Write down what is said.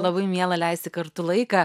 labai miela leisti kartu laiką